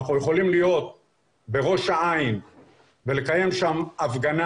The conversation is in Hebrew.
אנחנו יכולים להיות בראש העין ולקיים שם הפגנה